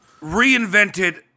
reinvented